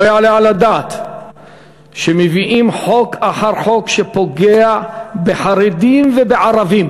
לא יעלה על הדעת שמביאים חוק אחר חוק שפוגעים בחרדים ובערבים.